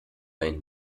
ein